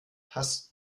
hast